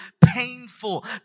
painful